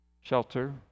shelter